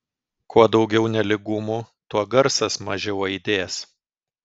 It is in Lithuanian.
kuo daugiau nelygumų tuo garsas mažiau aidės